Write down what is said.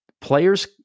players